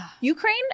Ukraine